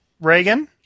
Reagan